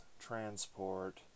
transport